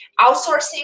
Outsourcing